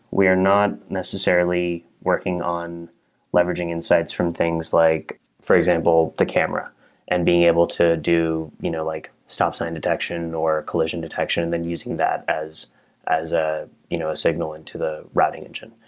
we are not necessarily working on leveraging insights from things like for example, the camera and being able to do you know like stop sign detection, or collision detection and then using that as a ah you know signal into the routing engine.